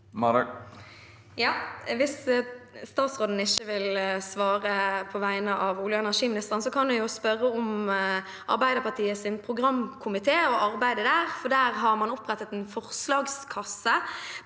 Hvis statsråden ikke vil svare på vegne av olje- og energiministeren, kan jeg jo spørre om Arbeiderpartiets programkomité og arbeidet der, for der har man opprettet en forslagskasse,